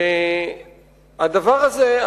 הדבר הזה,